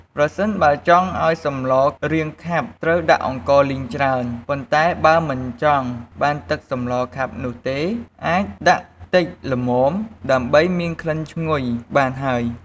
ប្រសិនបើចង់អោយសម្លរាងខាប់ត្រូវដាក់អង្ករលីងច្រើន ប៉ុន្តែបើមិនចង់បានទឹកសម្លខាប់នោះទេអាចដាក់តិចល្មមដើម្បីមានក្លិនឈ្ងុយបានហើយ។